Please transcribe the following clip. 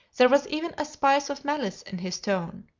there was even a spice of malice in his tone.